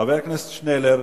חבר הכנסת שנלר.